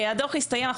הדוח הסתיים,